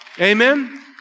Amen